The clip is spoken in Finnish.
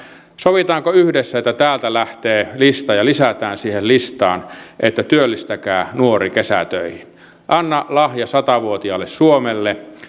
sovitaanko yhdessä että täältä lähtee lista ja lisätään siihen listaan että työllistäkää nuori kesätöihin anna lahja satavuotiaalle suomelle